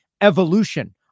evolution